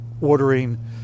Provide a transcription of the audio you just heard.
ordering